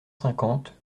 cinquante